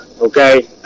okay